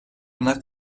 buna